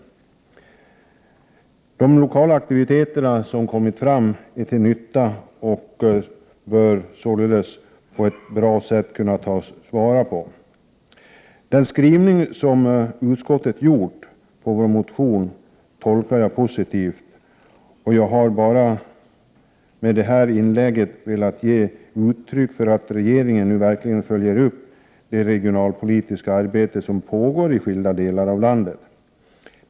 De lokala aktiviteter som förekommit är till nytta och bör således på ett bra sätt kunna tas till vara. Utskottets skrivning beträffande vår motion tolkar jag positivt. Med detta inlägg har jag bara velat ge uttryck för en önskan att regeringen nu verkligen följer upp det regionalpolitiska arbete som pågår i skilda delar av landet.